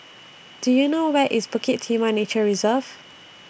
Do YOU know Where IS Bukit Timah Nature Reserve